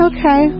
Okay